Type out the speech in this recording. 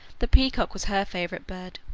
the peacock was her favorite bird.